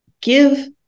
give